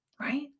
right